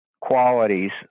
qualities